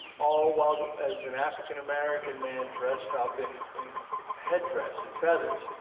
all while as an african american man dressed up in in headdress and feathers,